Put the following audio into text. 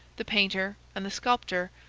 the painter, and the sculptor,